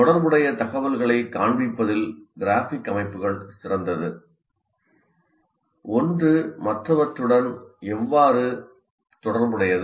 தொடர்புடைய தகவல்களைக் காண்பிப்பதில் கிராஃபிக் அமைப்புகள் சிறந்தது ஒன்று மற்றவற்றுடன் எவ்வாறு தொடர்புடையது